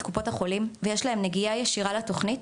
קופות החולים ויש להן נגיעה ישירה לתוכנית,